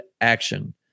action